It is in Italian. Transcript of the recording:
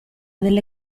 delle